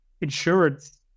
Insurance